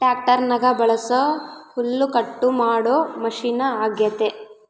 ಟ್ಯಾಕ್ಟರ್ನಗ ಬಳಸೊ ಹುಲ್ಲುಕಟ್ಟು ಮಾಡೊ ಮಷಿನ ಅಗ್ಯತೆ